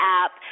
app